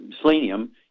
selenium